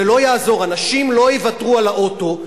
זה לא יעזור, אנשים לא יוותרו על האוטו.